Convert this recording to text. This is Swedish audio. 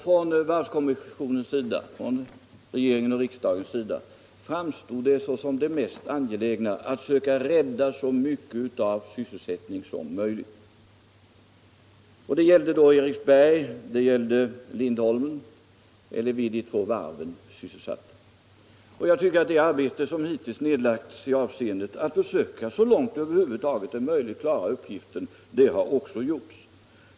För varvskommissionen och för regeringen och riksdagen framstod det i det läget som det mest angelägna att söka rädda så mycket av sysselsättningen som möjligt. Det gällde då de vid de två varven Eriksberg och Lindholmen sysselsatta människorna. Jag tycker att de åtgärder som hittills vidtagits för att så långt som möjligt klara den uppgiften också har varit de som kunnat vidtas.